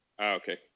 Okay